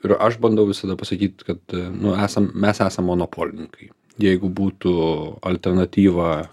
ir aš bandau visada pasakyt kad nu esam mes esam monopolininkai jeigu būtų alternatyva